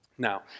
Now